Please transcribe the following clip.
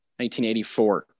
1984